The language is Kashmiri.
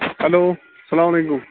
ہیٚلو سلام علیکُم